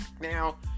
Now